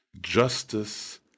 justice